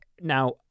Now